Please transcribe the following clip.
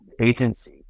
agency